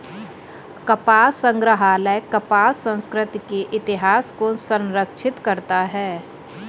कपास संग्रहालय कपास संस्कृति के इतिहास को संरक्षित करता है